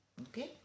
okay